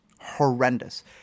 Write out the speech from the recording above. horrendous